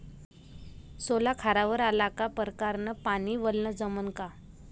सोला खारावर आला का परकारं न पानी वलनं जमन का?